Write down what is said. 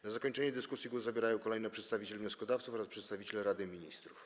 Na zakończenie dyskusji głos zabierają kolejno przedstawiciel wnioskodawców oraz przedstawiciele Rady Ministrów.